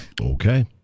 Okay